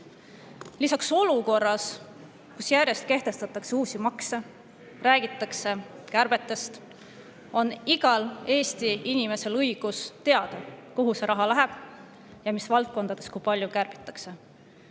näiline. Olukorras, kus järjest kehtestatakse uusi makse ja räägitakse kärbetest, on igal Eesti inimesel õigus teada, kuhu see raha läheb ja mis valdkondades kui palju kärbitakse.